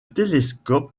télescope